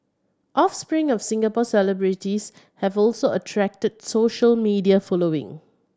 offspring of Singapore celebrities have also attracted social media following